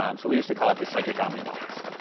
um so we used to call it the psychic omnibox.